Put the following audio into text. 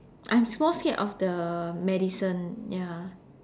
I'm more scared of the medicine ya